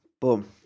Boom